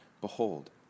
Behold